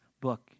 book